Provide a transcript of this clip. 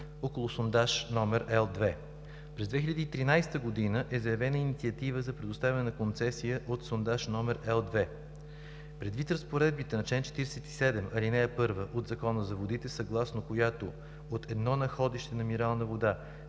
около сондаж № Л-2. През 2013 г. е заявена инициатива за предоставяне на концесия от сондаж № Л-2. Предвид разпоредбите на чл. 47, ал. 1 от Закона за водите, съгласно която от едно находище на минерална вода